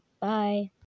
bye